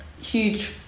huge